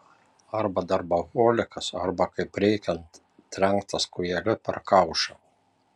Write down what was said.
arba darboholikas arba kaip reikiant trenktas kūjeliu per kaušą